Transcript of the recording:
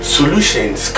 solutions